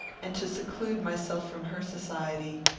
and to seclude myself from her society,